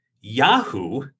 Yahoo